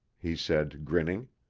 he said, grinning.